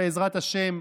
בעזרת השם,